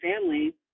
family